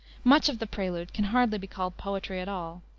much of the prelude can hardly be called poetry at all,